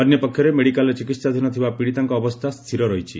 ଅନ୍ୟପକ୍ଷରେ ମେଡିକାଲରେ ଚିକିହାଧୀନ ଥିବା ପୀଡିତାଙ୍କ ଅବସ୍ଥା ସ୍ଥିର ରହିଛି